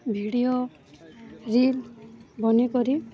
video reel ବନେଇକରି